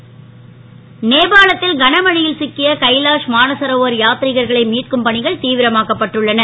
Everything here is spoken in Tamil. நேபாளம் நேபாளத் ல் கனமழை ல் சிக்கிய கைலா மானசரோவர் யாத் ரிகர்களை மீட்கும் பணிகள் தீவிரமாக்கப்பட்டுள்ளன